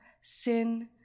Sin